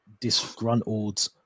disgruntled